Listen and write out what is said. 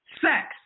Sex